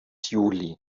juli